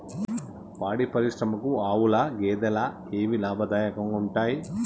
పాడి పరిశ్రమకు ఆవుల, గేదెల ఏవి లాభదాయకంగా ఉంటయ్?